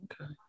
Okay